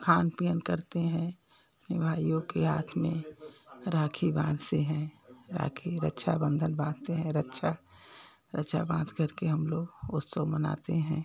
खान पियन करते हैं अपने भाइयों के हाथ में राखी बाँधते हैं राखी रक्षाबंधन बाँधते हैं रच्छा रक्षा बाँध कर के हम लोग उत्सव मनाते हैं